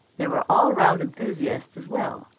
there were all-round enthusiasts as well,